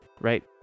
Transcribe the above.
right